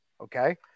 okay